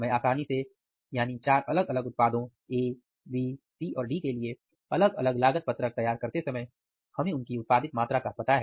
मैं आसानी से यानी चार अलग अलग उत्पादों ए बी सी और डी के लिए अलग अलग लागत पत्रक तैयार करते समय हमें उनकी उत्पादित मात्रा का पता है